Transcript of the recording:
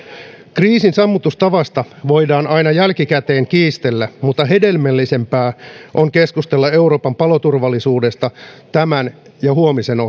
kriisin sammutustavasta voidaan aina jälkikäteen kiistellä mutta hedelmällisempää on keskustella euroopan paloturvallisuudesta tämän ja huomisen